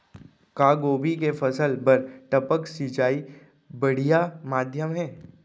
का गोभी के फसल बर टपक सिंचाई बढ़िया माधयम हे?